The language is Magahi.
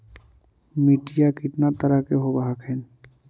मिट्टीया कितना तरह के होब हखिन?